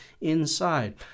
inside